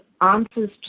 answers